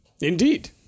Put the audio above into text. Indeed